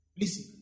Listen